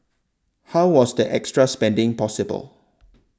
how was the extra spending possible